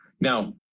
Now